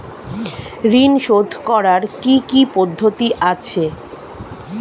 ঋন শোধ করার কি কি পদ্ধতি আছে?